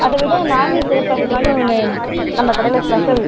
அதை விட நாகை சிறப்பல்வான்னு ஒன்று நம்ம கடையில் ஸ்பெஷல்